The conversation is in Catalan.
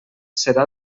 serà